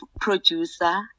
producer